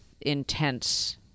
intense